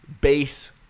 base